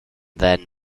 then